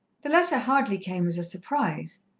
the letter hardly came as a surprise.